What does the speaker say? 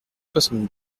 soixante